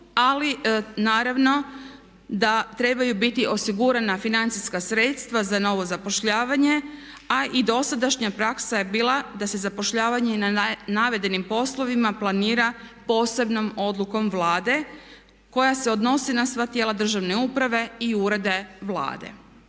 ali naravno da trebaju biti osigurana financijska sredstva za novo zapošljavanje. A i dosadašnja praksa je bila da se zapošljavanje na navedenim poslovima planira posebnom odlukom Vlade koja se odnosi na sva tijela državne uprave i urede Vlade.